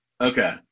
Okay